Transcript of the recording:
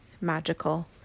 magical